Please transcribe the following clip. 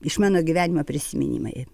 iš mano gyvenimo prisiminimai